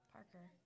Parker